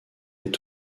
est